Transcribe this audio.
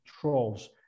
trolls